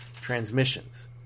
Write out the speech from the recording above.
transmissions